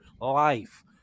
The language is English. life